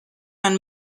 and